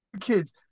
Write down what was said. kids